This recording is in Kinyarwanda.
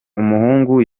umuhungu